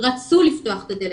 רצו לפתוח את הדלת.